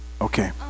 Okay